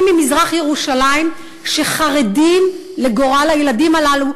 ממזרח-ירושלים שחרדים לגורל הילדים הללו,